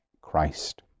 Christ